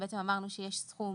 אמרנו שיש סכום